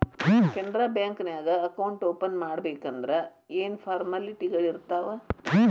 Canara bank ನ್ಯಾಗ account open ಮಾಡ್ಬೇಕಂದರ ಯೇನ್ ಫಾರ್ಮಾಲಿಟಿಗಳಿರ್ತಾವ?